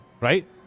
right